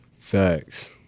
Facts